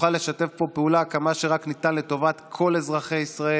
נוכל לשתף פה פעולה כמה שרק ניתן לטובת כל אזרחי ישראל.